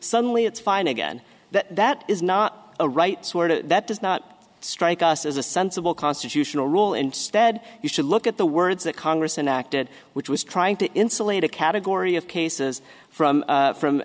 suddenly it's fine again that that is not a rights word that does not strike us as a sensible constitutional rule instead you should look at the words that congress enacted which was trying to insulate a category of cases from from